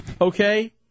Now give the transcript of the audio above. okay